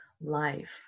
life